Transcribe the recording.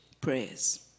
prayers